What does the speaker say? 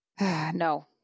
No